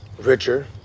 richer